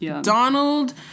Donald